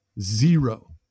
zero